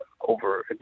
over